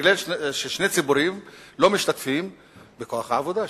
שמכיוון ששני ציבורים לא משתתפים בכוח העבודה,